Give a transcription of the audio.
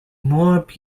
more